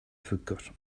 forgotten